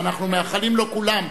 ואנחנו מאחלים לו כולם,